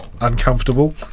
uncomfortable